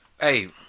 Hey